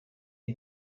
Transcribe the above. iyi